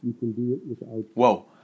Whoa